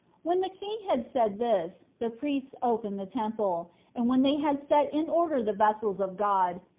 when the king had said this, the priests opened the temple and when they had set in order the vessels of god,